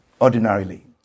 ordinarily